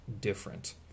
different